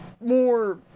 more